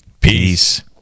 Peace